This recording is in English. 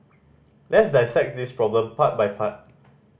let's dissect this problem part by part